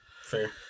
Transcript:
Fair